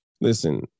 Listen